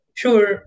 sure